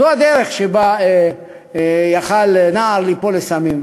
זו הדרך שבה יכול נער ליפול לסמים.